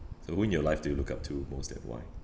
so who in your life do you look up to most and why